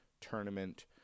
tournament